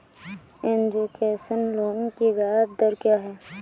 Education loan की ब्याज दर क्या है?